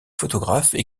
photographes